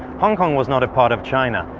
hong kong was not a part of china,